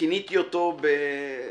וכיניתי אותו בכינוי